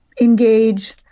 engage